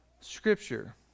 scripture